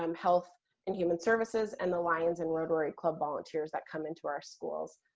um health and human services and the lions and rotary club volunteers that come into our schools.